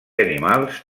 animals